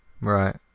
right